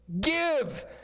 Give